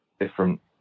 different